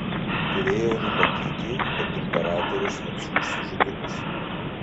turėjau numatyti kad imperatorius atsiųs žudikus